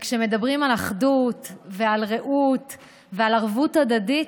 כשמדברים על אחדות ועל רעות ועל ערבות הדדית,